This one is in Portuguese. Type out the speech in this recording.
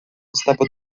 estava